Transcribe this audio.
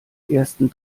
ersten